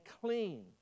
clean